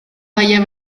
baya